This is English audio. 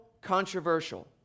controversial